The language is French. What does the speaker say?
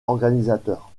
organisateurs